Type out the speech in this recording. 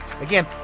Again